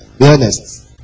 honest